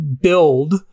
build